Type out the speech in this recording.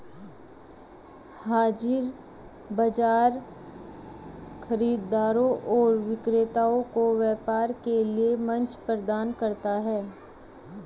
हाज़िर बाजार खरीदारों और विक्रेताओं को व्यापार के लिए मंच प्रदान करता है